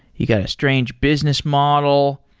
you got a strange business model.